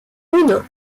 uno